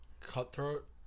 cutthroat